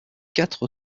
quatre